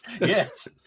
Yes